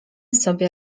sobie